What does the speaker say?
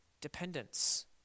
dependence